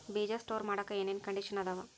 ಬೇಜ ಸ್ಟೋರ್ ಮಾಡಾಕ್ ಏನೇನ್ ಕಂಡಿಷನ್ ಅದಾವ?